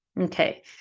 Okay